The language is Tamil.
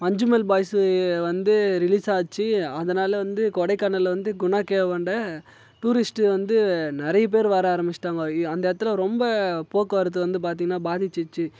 மஞ்சுமெல் பாய்ஸ்ஸு வந்து ரிலீஸ் ஆச்சு அதனால் வந்து கொடைக்கானலில் வந்து குணா கேவாண்ட டூரிஸ்ட்டு வந்து நிறைய பேர் வர ஆரம்பிச்சிட்டாங்கோ அந்த இடத்துல ரொம்ப போக்குவரத்து வந்து பார்த்திங்கன்னா பாதிச்சிச்சு